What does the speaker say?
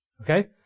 Okay